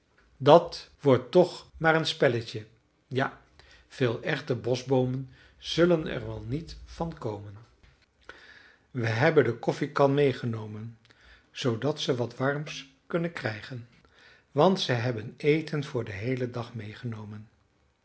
dat wordt toch maar een spelletje ja veel echte boschboomen zullen er wel niet van komen we hebben de koffiekan meêgenomen zoodat ze wat warms kunnen krijgen want ze hebben eten voor den heelen dag meêgenomen